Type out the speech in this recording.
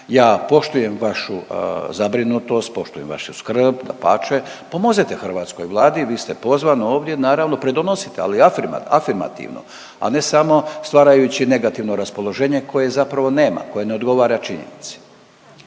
Ja poštujem vašu zabrinutost, poštujem vašu skrb dapače. Pomozite hrvatskoj Vladi, vi ste pozvan ovdje naravno, pridonosite ali afirmativno, afirmativno, a ne samo stvarajući negativno raspoloženje koje zapravo nema, koje ne odgovara činjenici.